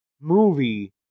movie